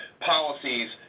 policies